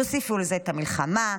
תוסיפו לזה את המלחמה,